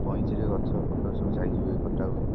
କଇଁଚିରେ ଗଛ ଫତ୍ର ସବୁ ସାଇଜ୍ ହୁଏ କଟା ହୁଏ